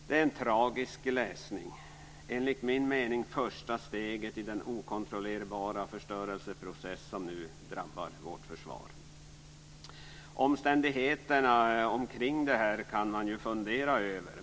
Det är en tragisk läsning och enligt min mening det första steget i den okontrollerbara förstörelseprocess som nu drabbar vårt försvar. Omständigheterna omkring detta kan man fundera över.